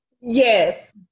yes